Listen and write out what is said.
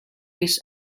his